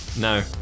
No